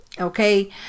okay